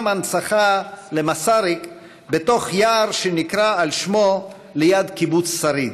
הנצחה למסריק בתוך יער שנקרא על שמו ליד קיבוץ שריד,